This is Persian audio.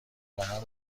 بهم